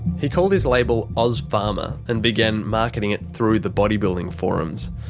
he called his label ozpharma and began marketing it through the bodybuilding forums.